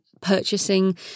purchasing